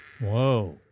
Whoa